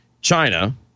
China